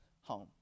home